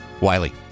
Wiley